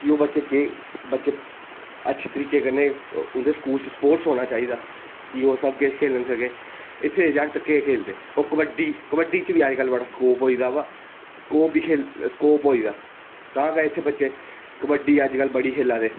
कि ओह् बच्चे अच्छे तरीके कन्नै उं'दे स्कूल च स्पोर्टस होना चाहिदा कि ओह् सब किश खेढन सकी इत्थै दे जागत केह् खेढदे ओह् कबड्डी कबड्डी च बी अजकल बड़ा स्कोप होई गेदा बा स्कोप होई दा तां गै इत्थै बच्चे कबड्डी अजकल बडी खेढा दे